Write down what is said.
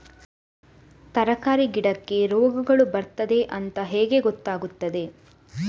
ತರಕಾರಿ ಗಿಡಕ್ಕೆ ರೋಗಗಳು ಬರ್ತದೆ ಅಂತ ಹೇಗೆ ಗೊತ್ತಾಗುತ್ತದೆ?